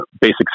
basic